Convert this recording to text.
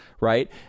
Right